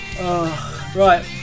Right